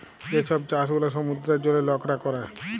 যে ছব চাষ গুলা সমুদ্রের জলে লকরা ক্যরে